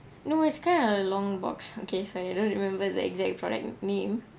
no it's kind of a long box okay sorry I don't remember the exact product name